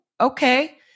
okay